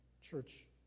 church